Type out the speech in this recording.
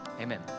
amen